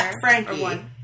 Frankie